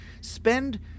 spend